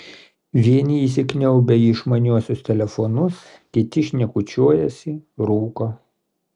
vieni įsikniaubę į išmaniuosius telefonus kiti šnekučiuojasi rūko